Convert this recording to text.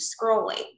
scrolling